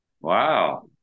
wow